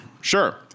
Sure